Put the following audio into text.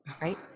Right